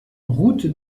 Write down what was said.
route